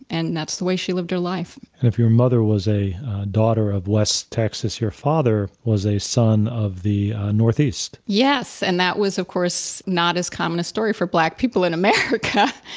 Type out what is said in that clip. and that's the way she lived her life. and if your mother was a daughter of west, texas, your father was a son of the northeast. yes. and that was, of course, not as common a story for black people in america.